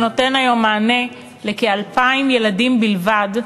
שנותן היום מענה לכ-2,000 ילדים בלבד,